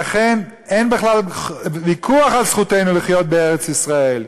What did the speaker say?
לכן אין בכלל ויכוח על זכותנו לחיות בארץ-ישראל,